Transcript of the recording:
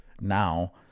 now